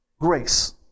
Grace